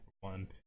one